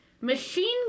machine